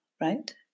right